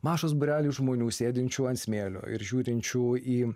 mažas būrelis žmonių sėdinčių ant smėlio ir žiūrinčių į